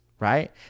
right